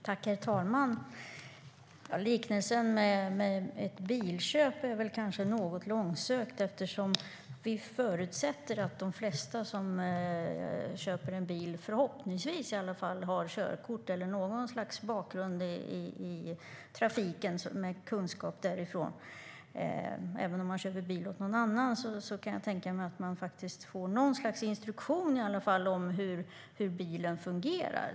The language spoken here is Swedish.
Herr talman! Liknelsen med ett bilköp är kanske något långsökt eftersom vi förutsätter att de flesta som köper en bil, i alla fall förhoppningsvis, har körkort eller något slags bakgrund i trafiken och har kunskap därifrån. Även om man köper en bil åt någon annan kan jag tänka mig att man i alla fall får något slags instruktion om hur den fungerar.